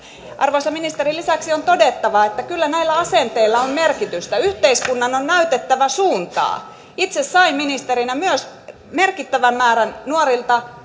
arvoisa ministeri lisäksi on todettava että kyllä näillä asenteilla on merkitystä yhteiskunnan on näytettävä suuntaa itse sain ministerinä myös merkittävän määrän yhteydenottoja nuorilta